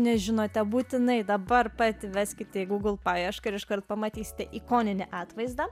nežinote būtinai dabar pat veskite į google paiešką ir iškart pamatysite ikoninį atvaizdą